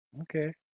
Okay